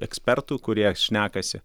ekspertų kurie šnekasi